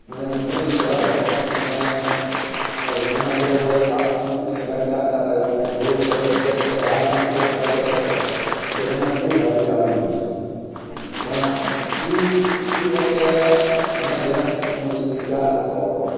અને હું ખરીદીમાં જતો અને ભાઈ જૂના હીરો બધાય હાથ મૂકીને ગાડી હાંકતા હતા એ હું રોળ ઉપર ચડી ને ક્યારેક ક્યારેક હાથ મૂકવાનો ટ્રાય કરતો હતો કે મને ફૂલ ગાડી આવડી ગઈ છે પણ એ એ વખતે મને બેલેન્સ એ ખ્યાલ નહોતો આવતો